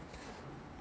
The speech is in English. like eraser 这样